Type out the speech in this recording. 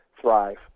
thrive